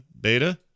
beta